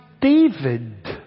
David